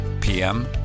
PM